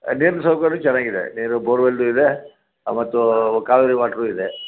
ನೀರಿನ ಸೌಕರ್ಯನೂ ಚೆನ್ನಾಗಿದೆ ನೀರು ಬೋರ್ವೆಲ್ಲೂ ಇದೆ ಮತ್ತು ಕಾವೇರಿ ವಾಟ್ರು ಇದೆ